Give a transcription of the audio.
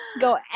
Go